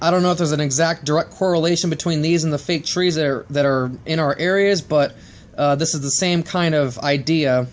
i don't know if there's an exact direct correlation between these in the fake trees there that are in our areas but this is the same kind of idea